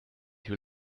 you